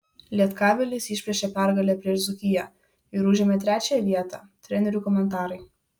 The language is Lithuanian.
lietkabelis išplėšė pergalę prieš dzūkiją ir užėmė trečią vietą trenerių komentarai